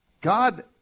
God